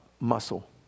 muscle